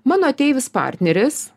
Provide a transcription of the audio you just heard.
mano ateivis partneris